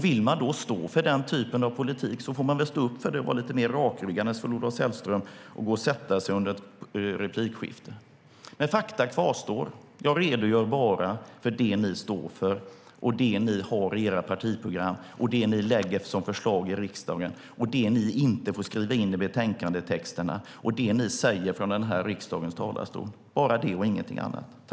Vill man då stå för den politiken av politik får man väl stå upp för den och vara lite mer rakryggad än Sven-Olof Sällström, som går och sätter sig under ett replikskifte. Fakta kvarstår. Jag redogör bara för det ni står för, det ni har i era partiprogram och det ni lägger fram som förslag i riksdagen, liksom för det ni inte får skriva in i betänkandetexterna och det ni säger från den här riksdagens talarstol. Jag bara redogör för det och ingenting annat.